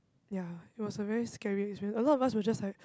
ya it was a very scary experience a lot of us were just like